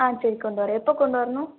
ஆ சரி கொண்டு வர்றேன் எப்போ கொண்டு வரணும்